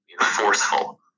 forceful